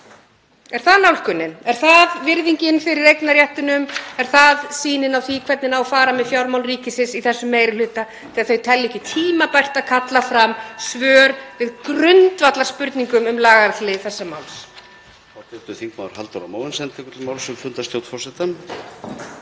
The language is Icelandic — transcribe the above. Er það nálgunin? Er það virðingin fyrir eignarréttinum? Er það sýnin á það hvernig fara á með fjármál ríkisins í þessum meiri hluta þegar þau telja ekki tímabært að kalla fram svör við grundvallarspurningum um lagalega hlið þessa máls?